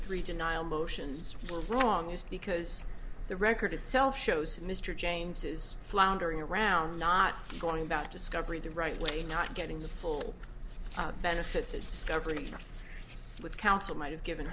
three to niall motions were wrong is because the record itself shows mr james's floundering around not going about discovery the right way not getting the full benefit to discovering him with counsel might have given